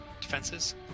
defenses